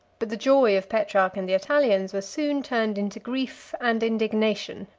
but the joy of petrarch and the italians was soon turned into grief and indignation.